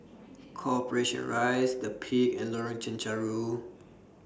Corporation Rise The Peak and Lorong Chencharu